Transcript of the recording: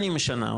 אני משנה,